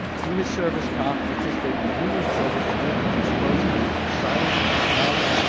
through his service, kof participated in numerous programs geared towards exposing youth to science and technology.